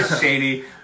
shady